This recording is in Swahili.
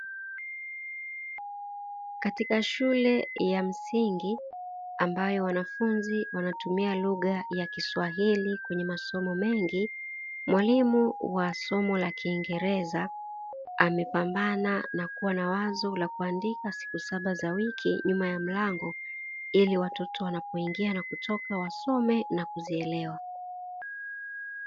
Katika shule ya msingi ambayo wanafunzi wanatumia lugha ya kiswahili kwenye masomo mengi, mwalimu wa somo la kiingereza amepambana na kuwa na wazo la kuandika siku saba za wiki nyuma ya mlango, ili watoto wanapoingia na kutoka wasome na kuzielewa.